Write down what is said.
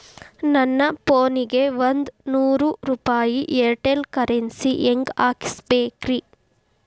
ನನ್ನ ಫೋನಿಗೆ ಒಂದ್ ನೂರು ರೂಪಾಯಿ ಏರ್ಟೆಲ್ ಕರೆನ್ಸಿ ಹೆಂಗ್ ಹಾಕಿಸ್ಬೇಕ್ರಿ?